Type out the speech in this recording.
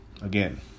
Again